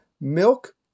milk